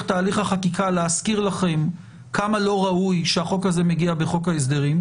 תהליך החקיקה להזכיר לכם כמה לא ראוי שהחוק הזה מגיע בחוק ההסדרים,